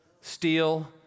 steal